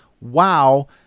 Wow